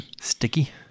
Sticky